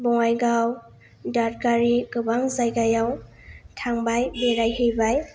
बङाइगाव दादगारि गोबां जायगायाव थांबाय बेरायहैबाय